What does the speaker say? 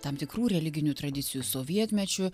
tam tikrų religinių tradicijų sovietmečiu